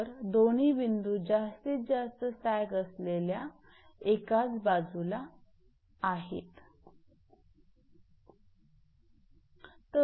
तर दोन्ही बिंदू जास्तीत जास्त सॅग असलेल्या एकाच बाजूला आहेत